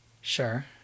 Sure